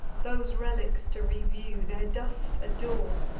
those relics to review, their dust adore,